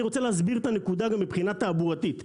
אני רוצה להסביר את הנקודה גם מבחינה תעבורתית.